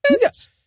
Yes